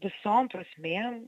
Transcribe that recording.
visom prasmėm